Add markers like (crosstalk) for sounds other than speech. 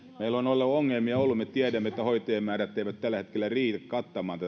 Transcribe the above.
meillä on ongelmia ollut me tiedämme että hoitajamäärät eivät tällä hetkellä riitä kattamaan (unintelligible)